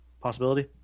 possibility